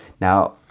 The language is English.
Now